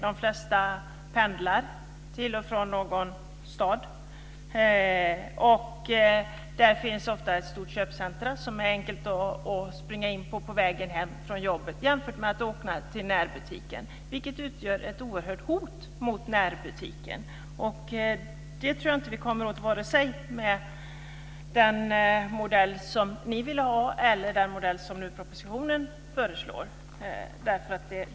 De flesta pendlar till och från någon stad där det ofta finns ett stort köpcentrum som det är enklare att besöka på väg hem från jobbet än att åka till närbutiken, vilket utgör ett oerhört stort hot mot närbutiken. Det kommer vi nog inte åt vare sig med den modell som ni vill ha eller med den modell som föreslås i propositionen.